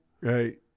Right